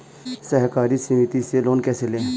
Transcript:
सहकारी समिति से लोन कैसे लें?